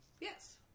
Yes